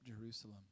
Jerusalem